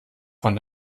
von